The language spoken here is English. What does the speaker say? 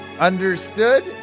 Understood